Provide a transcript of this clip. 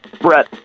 Brett